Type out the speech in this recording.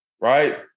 Right